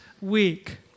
week